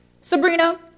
Sabrina